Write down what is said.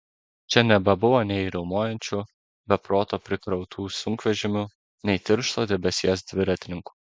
čia nebebuvo nei riaumojančių be proto prikrautų sunkvežimių nei tiršto debesies dviratininkų